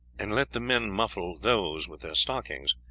and let the men muffle those with their stockings,